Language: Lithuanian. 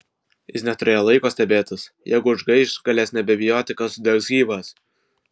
jis neturėjo laiko stebėtis jeigu užgaiš galės nebebijoti kad sudegs gyvas